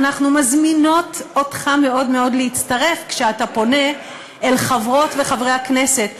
אנחנו מזמינות אותך מאוד מאוד להצטרף כשאתה פונה אל חברות וחברי הכנסת,